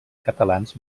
catalans